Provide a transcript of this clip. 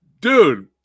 dude